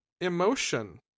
emotion